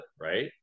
right